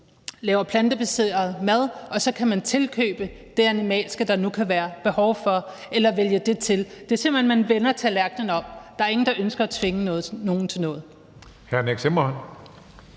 laver plantebaseret mad, og så kan man tilkøbe det animalske, der nu kan være behov for, eller vælge det til. Det går simpelt hen ud på, at man vender tallerkenen om. Der er ingen, der ønsker at tvinge nogen til noget.